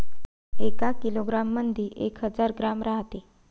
एका किलोग्रॅम मंधी एक हजार ग्रॅम रायते